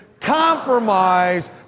compromise